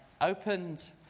opened